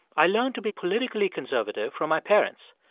i learned to be politically conservative from my parents,